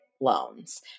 loans